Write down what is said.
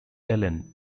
ellen